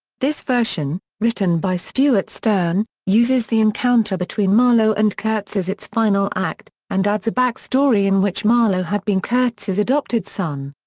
this version, written by stewart stern, uses the encounter between marlow and kurtz as its final act, and adds a backstory in which marlow had been kurtz's adopted son.